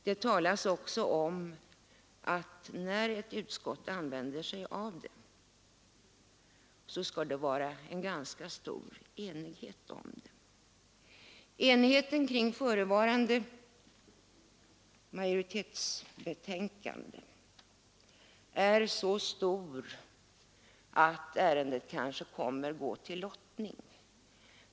Det talas också om att när ett utskott använder sig av det, skall det vara en ganska stor enighet om detta. Enigheten kring förevarande majoritetsbetänkande är sådan att ärendet kanske kommer att gå till lottning.